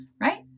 right